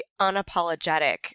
unapologetic